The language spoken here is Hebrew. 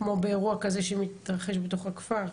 כמו באירוע כזה שמתרחש בתוך הכפר.